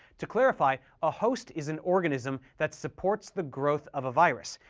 to clarify, a host is an organism that supports the growth of a virus,